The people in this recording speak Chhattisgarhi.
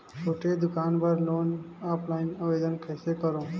छोटे दुकान बर लोन ऑफलाइन आवेदन कइसे करो?